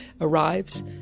arrives